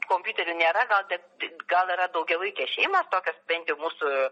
kompiuterių nėra gal tik gal yra daugiavaikė šeimos tokios bent jau mūsų